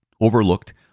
overlooked